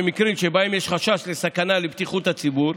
במקרים שבהם יש חשש לסכנה לבטיחות הציבור,